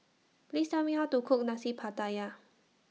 Please Tell Me How to Cook Nasi Pattaya